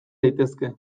daitezke